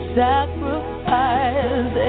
sacrifice